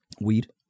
Weed